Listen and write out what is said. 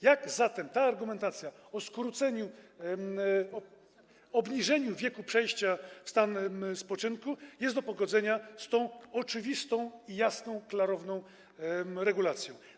Jak zatem ta argumentacja o obniżeniu wieku przejścia w stan spoczynku jest do pogodzenia z tą oczywistą i jasną, klarowną regulacją?